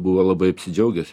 buvo labai apsidžiaugęs